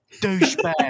douchebag